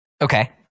Okay